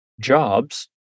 jobs